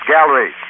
Gallery